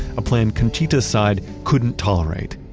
a plan conchita's side couldn't tolerate.